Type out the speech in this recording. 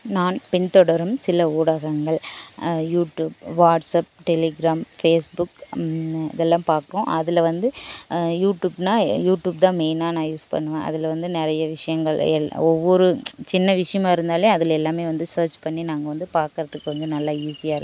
நான் பின்தொடரும் சில ஊடகங்கள் யூட்யூப் வாட்ஸ்அப் டெலிக்ராம் ஃபேஸ்புக் இதெல்லாம் பார்ப்போம் அதில் வந்து யூட்யூப்னால் யூட்யூப் தான் மெய்னாக நான் யூஸ் பண்ணுவேன் அதில் வந்து நிறைய விஷயங்கள் ஒவ்வொரு சின்ன விஷயமாக இருந்தாலே அதில் எல்லாமே வந்து ஸேர்ச் பண்ணி நாங்கள் வந்து பார்க்குறதுக்கு கொஞ்சம் நல்லா ஈசியாக இருக்குது